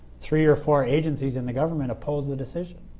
three or four agencies in the government oppose the decision.